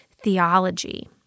theology